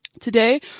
Today